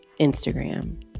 Instagram